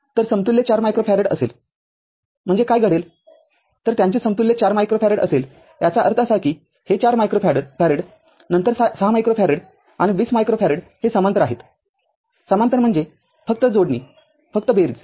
तरसमतुल्य ४ microfarad असेल म्हणूनकाय घडेल तर त्यांचे समतुल्य ४ मायक्रोफॅरेड असेलयाचा अर्थ असा की हे ४ मायक्रोफॅरेड नंतर ६ मायक्रोफॅरेड आणि २० मायक्रोफॅरेड हे समांतर आहेत समांतर म्हणजे फक्त जोडणी फक्त बेरीज